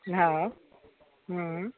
हँ हूँ